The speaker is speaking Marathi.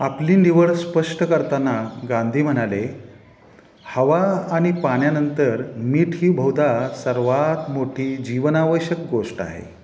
आपली निवड स्पष्ट करताना गांधी म्हणाले हवा आणि पाण्यानंतर मीठ ही बहुधा सर्वात मोठी जीवनावश्यक गोष्ट आहे